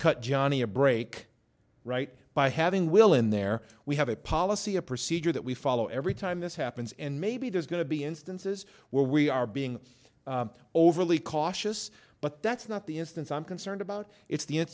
cut johnny a break right by having will in there we have a policy a procedure that we follow every time this happens and maybe there's going to be instances where we are being overly cautious but that's not the instance i'm concerned about it's the